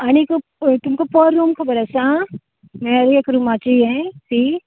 आनीक खंय तुमकां पर रूम खबर आसा हें एक रुमाची हे फी